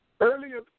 earlier